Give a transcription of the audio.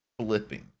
flipping